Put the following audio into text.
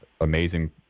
amazing